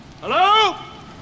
Hello